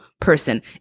person